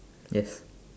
yes